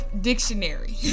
dictionary